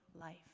life